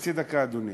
חצי דקה, אדוני.